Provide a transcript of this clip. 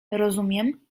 rozumiem